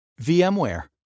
VMware